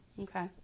Okay